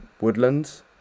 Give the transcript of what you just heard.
woodlands